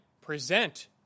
present